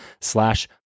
slash